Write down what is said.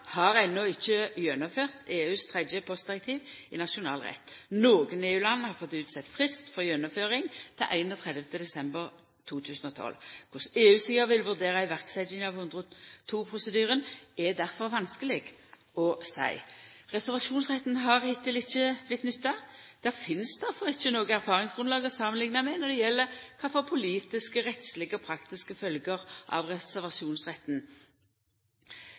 har enno ikkje gjennomført EU sitt tredje postdirektiv i nasjonal rett. Nokre EU-land har fått utsett frist for gjennomføring til 31. desember 2012. Korleis EU-sida vil vurdera iverksetjinga av 102-prosedyren, er difor vanskeleg å seia. Reservasjonsretten har hittil ikkje vorte nytta. Difor finst det ikkje noko erfaringsgrunnlag å samanlikna med når det gjeld kva for politiske, rettslege og praktiske følgjer bruk av reservasjonsretten